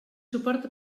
suport